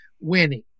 winning